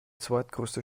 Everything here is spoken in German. zweitgrößte